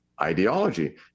ideology